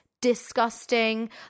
disgusting